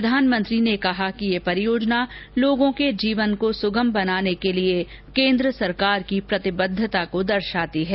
प्रधानमंत्री ने कहा कि यह परियोजना लोगों के जीवन को सुगम बनाने के लिए केन्द्र सरकार की प्रतिबद्धता को दर्शाती है